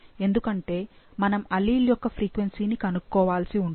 ఎందుకంటే మనము అల్లీల్ యొక్క ఫ్రీక్వెన్సీని కనుక్కోవాల్సి ఉంది